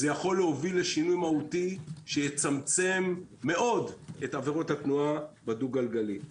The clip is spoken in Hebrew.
זה יכול להוביל לשינוי מהותי שיצמצם מאוד את עבירות התנועה בדו גלגלי.